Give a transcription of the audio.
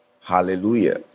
hallelujah